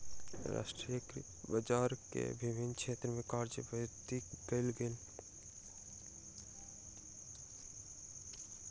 राष्ट्रीय कृषि बजार के विभिन्न क्षेत्र में कार्यान्वित कयल गेल